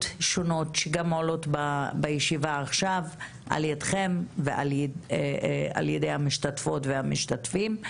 שונות שעולות גם עכשיו בישיבה על-ידכם ועל-ידי המשתתפים.